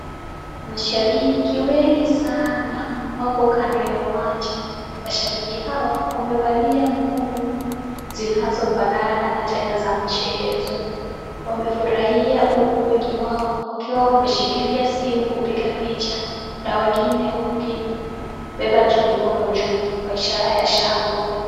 Mashabiki wengi sana wako kando ya uwanja. Mashabiki hawa wamevalia nguo zinazofanana na tena za mchezo. Wamefurahia huku wengi wao wakiwa wameshikilia simu kupiga picha na wenginewakibeba tu mkono juu kwa ishara ya shangwe.